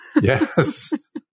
Yes